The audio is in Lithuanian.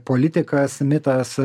politikas mitas